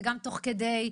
זה גם תוך כדי,